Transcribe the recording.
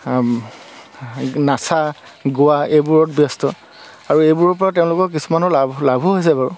নচা গোৱা এইবোৰত ব্যস্ত আৰু এইবোৰৰ পৰা তেওঁলোকক কিছুমানৰ লাভ লাভো হৈছে বাৰু